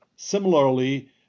similarly